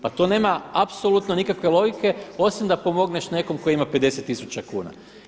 Pa to nema apsolutno nikakve logike osim da pomogneš nekom tko ima 50000 kuna.